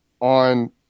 on